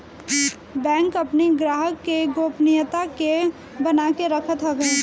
bank अपनी ग्राहक के गोपनीयता के बना के रखत हवे